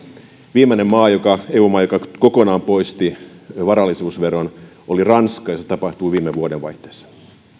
viimeinen eu maa joka kokonaan poisti varallisuusveron oli ranska ja se tapahtui viime vuodenvaihteessa